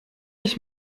ich